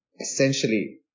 essentially